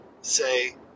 say